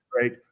Right